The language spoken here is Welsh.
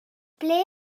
ble